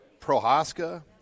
Prohaska